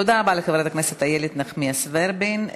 תודה רבה לחברת הכנסת איילת נחמיאס ורבין.